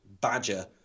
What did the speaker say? badger